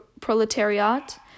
proletariat